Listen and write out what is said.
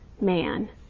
man